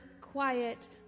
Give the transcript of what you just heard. quiet